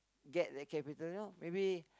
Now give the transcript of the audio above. get the capital you know maybe